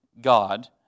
God